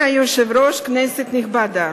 אדוני היושב-ראש, כנסת נכבדה,